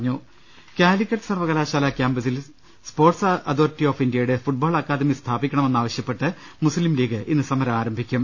്്്്്്്് കാലിക്കറ്റ് സർവകലാശാലാ കാമ്പസിൽ sports authority of ഇന്ത്യയുടെ ഫുട്ബോൾ അക്കാദമി സ്ഥാപിക്കണമെന്നാവശ്യപ്പെട്ട് മുസ്ലിംലീഗ് ഇന്ന് സമരം തുടങ്ങും